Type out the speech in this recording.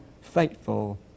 faithful